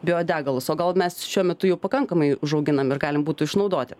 biodegalus o gal mes šiuo metu jau pakankamai užauginam ir galim būtų išnaudoti